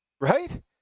right